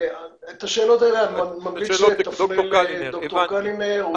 את השאלות האלה אני ממליץ שתפנו לד"ר קלינר,